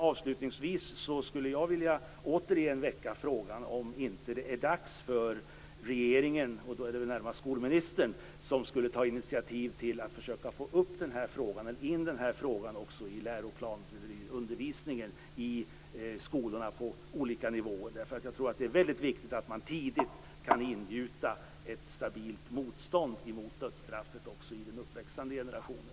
Avslutningsvis skulle jag återigen vilja väcka frågan om det inte är dags för regeringen - och då närmast skolministern - att ta initiativ till att försöka få in den här frågan också i undervisningen i skolorna på olika nivåer. Jag tror att det är väldigt viktigt att man tidigt kan ingjuta ett stabilt motstånd mot dödsstraffet också i den uppväxande generationen.